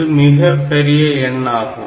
இது மிகப்பெரிய எண் ஆகும்